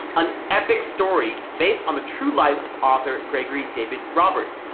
an epic story based on the true life of author gregory david roberts,